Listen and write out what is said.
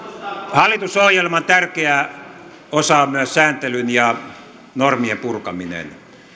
hallitusohjelman tärkeä osa on myös sääntelyn ja normien purkaminen